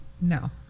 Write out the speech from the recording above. No